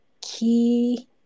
key